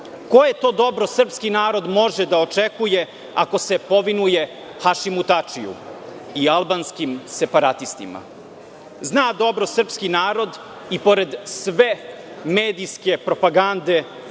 to dobro srpski narod može da očekuje, ako se povinuje Hašimu Tačiju i albanskim separatistima? Zna dobro srpski narod i pored sve medijske propagande